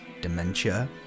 Dementia